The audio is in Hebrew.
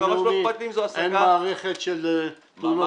אין מערכת של תלונות?